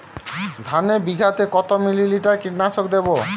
ধানে বিঘাতে কত মিলি লিটার কীটনাশক দেবো?